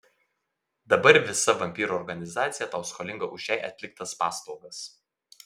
dabar visa vampyrų organizacija tau skolinga už jai atliktas paslaugas